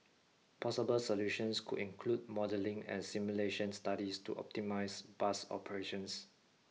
possible solutions could include modelling and simulation studies to optimise bus operations